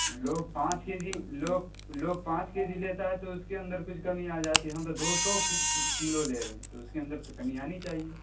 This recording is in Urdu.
لوگ پانچ کے جی لوگ لوگ پانچ کے جی لیتا ہے تو اس کے اندر کچھ کمی آ جاتی ہے ہم تو دو سو کلو لے رہے ہیں تو اس کے اندر کمی آنی چاہیے